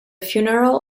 funeral